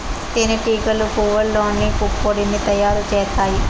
తేనె టీగలు పువ్వల్లోని పుప్పొడిని తయారు చేత్తాయి